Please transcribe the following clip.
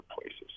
places